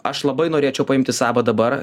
aš labai norėčiau paimti sabą dabar